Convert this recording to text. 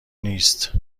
نیست